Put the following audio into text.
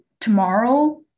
tomorrow